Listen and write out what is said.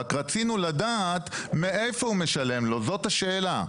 רק רצינו לדעת מאיפה הוא משלם לו, זאת השאלה.